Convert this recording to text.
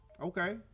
Okay